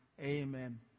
Amen